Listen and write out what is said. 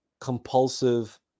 compulsive